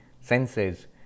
senses